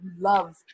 love